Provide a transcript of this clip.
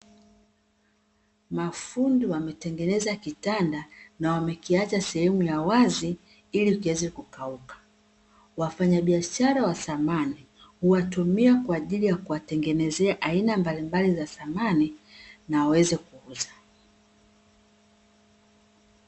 Mafundi wametengeneza kitanda na wamekiacha sehemu ya wazi ili kiweze kukauka. Wafanyabiashara wa samani huwatumia kwaajili ya kuwatengenezea aina mbalimbali za samani na waweze kuuza.